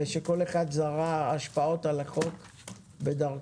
ושכל אחד זרע השפעות על החוק בדרכו.